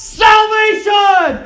salvation